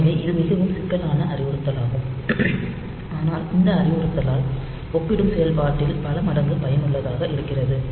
எனவே இது மிகவும் சிக்கலான அறிவுறுத்தலாகும் ஆனால் இந்த ஒரு அறிவுறுத்தலால் ஒப்பிடும் செயல்பாட்டில் பல மடங்கு பயனுள்ளதாக இருக்கிறது